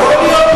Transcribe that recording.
יכול להיות.